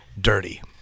dirty